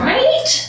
Right